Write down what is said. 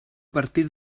partir